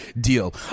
deal